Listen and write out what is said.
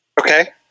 Okay